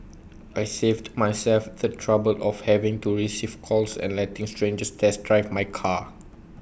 I saved myself the trouble of having to receive calls and letting strangers test drive my car